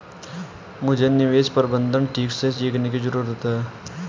मुझे निवेश प्रबंधन ठीक से सीखने की जरूरत है